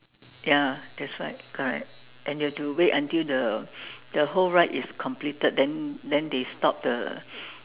ya that's why correct and you have to wait until the the whole ride is completed then then they stop the